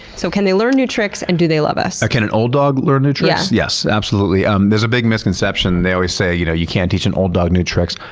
so, can they learn new tricks, and do they love us? can an old dog learn new tricks? yes. absolutely. um there's a big misconception, they always say, you know, you can't teach an old dog new tricks.